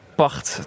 pacht